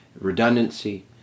redundancy